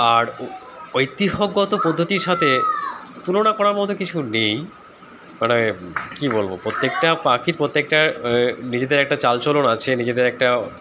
আর ঐতিহ্যগত পদ্ধতির সাথে তুলনা করার মতো কিছু নেই মানে কী বলবো প্রত্যেকটা পাখির প্রত্যেকটা নিজেদের একটা চালচলন আছে নিজেদের একটা